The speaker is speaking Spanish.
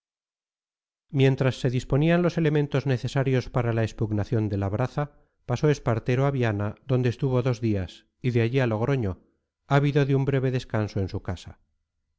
mientras se disponían los elementos necesarios para la expugnación de labraza pasó espartero a viana donde estuvo dos días y de allí a logroño ávido de un breve descanso en su casa